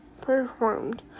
performed